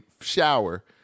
shower